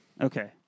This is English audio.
Okay